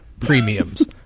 premiums